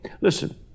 listen